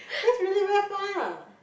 that's really very far